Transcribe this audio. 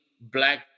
black